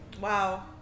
wow